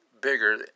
bigger